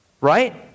Right